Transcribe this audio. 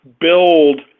build